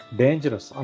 dangerous